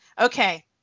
Okay